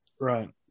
Right